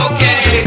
Okay